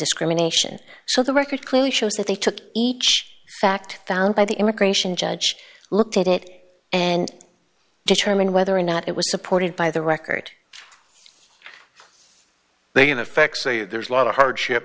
discrimination so the record clearly shows that they took each fact found by the immigration judge looked at it and determine whether or not it was supported by the record they in effect say there's a lot of hardship